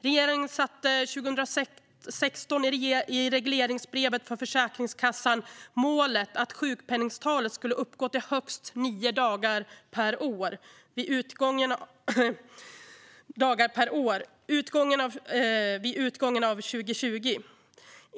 Regeringen satte 2016, i regleringsbrevet för Försäkringskassan, målet att sjukpenningtalet skulle uppgå till högst nio dagar per år vid utgången av 2020.